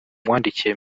wandikiye